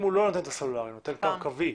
הוא נותן מספר טלפון קווי